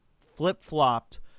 flip-flopped